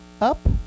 up